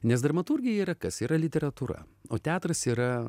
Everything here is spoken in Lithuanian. nes dramaturgija yra kas yra literatūra o teatras yra